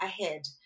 ahead